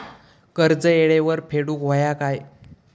कर्ज येळेवर फेडूक होया काय?